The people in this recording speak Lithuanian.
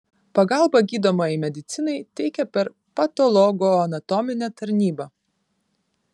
pagalbą gydomajai medicinai teikia per patologoanatominę tarnybą